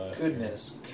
Goodness